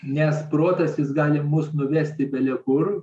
nes protas jis gali mus nuvesti bele kur